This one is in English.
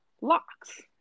locks